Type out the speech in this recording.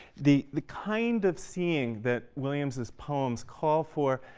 the the kind of seeing that williams's poems call for